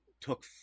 took